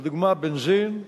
לדוגמה, בנזין,